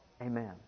Amen